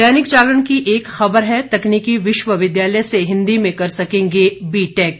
दैनिक जागरण की एक खबर है तकनीकी विश्वविद्यालय से हिंदी में कर सकेंगे बीटेक